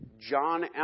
John